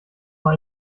mal